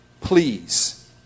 Please